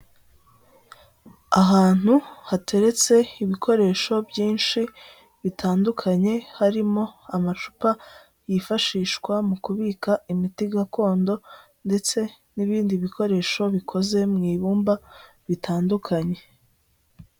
Ahantu hateretse ibikoresho byinshi bitandukanye harimo amacupa yifashishwa mu kubika imiti gakondo ndetse n'ibindi bikoresho bikoze mu ibumba bitandukanye.